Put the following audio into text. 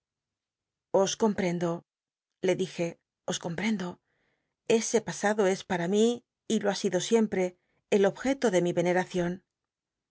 os comptendo le dije os comprendo ese pasado es para mi y lo ha sido siempre el objeto de mi vcneracion